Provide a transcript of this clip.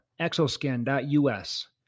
exoskin.us